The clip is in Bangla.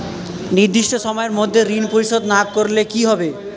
নির্দিষ্ট সময়ে মধ্যে ঋণ পরিশোধ না করলে কি হবে?